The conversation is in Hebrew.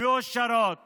מאושרות